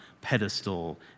pedestal